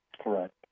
Correct